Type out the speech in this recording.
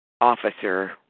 officer